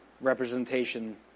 representation